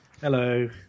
Hello